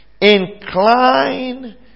incline